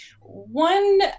One